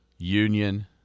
Union